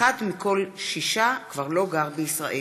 אחד מכל שישה כבר לא גר בישראל.